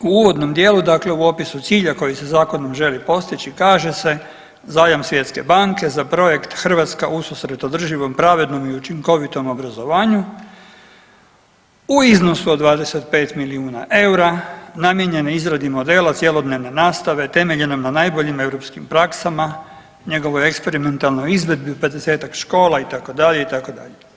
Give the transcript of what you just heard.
U uvodnom dijelu dakle u opisu cilja koji se zakonom želi postići kaže se zajam svjetske banke za projekt „Hrvatska ususret održivom, pravednom i učinkovitom obrazovanju“ u iznosu od 25 milijuna eura namijenjene izradi modela cjelodnevne nastave temeljene na najboljim europskim praksama, njegovoj eksperimentalnoj izvedbi u 50-tak škola itd., itd.